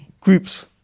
groups